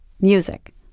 music